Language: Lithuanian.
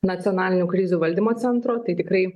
nacionalinių krizių valdymo centro tai tikrai